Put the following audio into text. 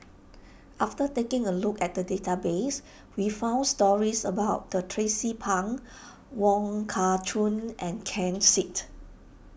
after taking a look at the database we found stories about Tracie Pang Wong Kah Chun and Ken Seet